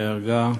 נהרגה,